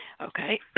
okay